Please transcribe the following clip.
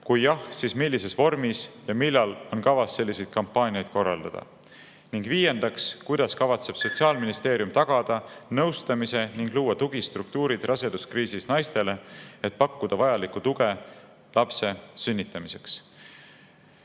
Kui jah, siis millises vormis ja millal on kavas sellised kampaaniad korraldada?" Ning viiendaks: "Kuidas kavatseb Sotsiaalministeerium tagada nõustamise ning luua tugistruktuurid raseduskriisis naistele, et pakkuda vajalikku tuge lapse sünnitamiseks?"Need